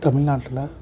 தமிழ் நாட்டில்